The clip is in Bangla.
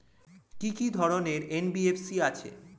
কি কি ধরনের এন.বি.এফ.সি আছে?